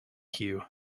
hugh